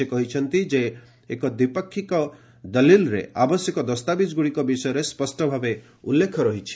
ସେ କହିଛନ୍ତି ଯେ ଏକ ଦ୍ୱିପକ୍ଷିୟ ଦଲିଲ୍ରେ ଆବଶ୍ୟକ ଦସ୍ତାବିଜ୍ଗୁଡ଼ିକ ବିଷୟରେ ସ୍ୱଷ୍ଟ ଭାବେ ଉଲ୍ଲେଖ ହୋଇଛି